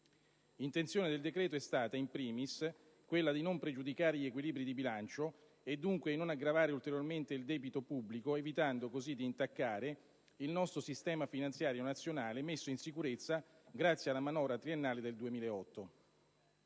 Intenzione del decreto è stata, *in primis*, quella di non pregiudicare gli equilibri di bilancio e dunque di non aggravare ulteriormente il debito pubblico, evitando così di intaccare il nostro sistema finanziario nazionale, messo in sicurezza grazie alla manovra triennale del 2008.